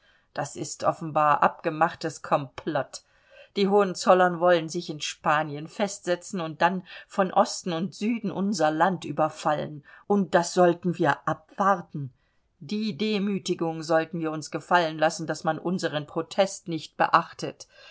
das ist offenbar abgemachtes komplott die hohenzollern wollen sich in spanien festsetzen und dann von osten und süden unser land überfallen und das sollten wir abwarten die demütigung sollten wir uns gefallen lassen daß man unseren protest nicht beachtet